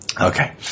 Okay